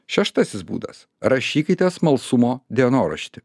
šeštasis būdas rašykite smalsumo dienoraštį